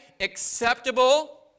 Acceptable